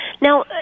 Now